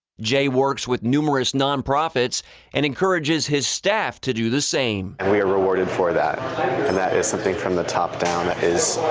jay works with numerous non-profits and encourages his staff to do the same. and we are rewarded for that, and that is something from the top down that is